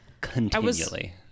continually